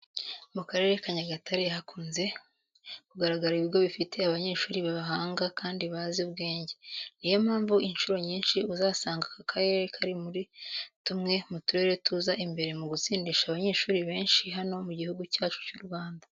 Mu Karere ka Nyagatare hakunze kugaragara ibigo bifite abanyeshuri b'abahanga kandi bazi ubwenge. Ni yo mpamvu incuro nyinshi uzasanga aka karere kari muri tumwe mu turere tuza imbere mu gutsindisha abanyeshuri benshi hano mu Gihugu cyacu cy'u Rwanda.